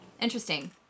Interesting